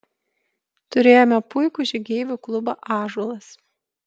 turėjome puikų žygeivių klubą ąžuolas